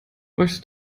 möchtest